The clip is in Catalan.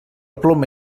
ploma